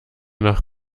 nach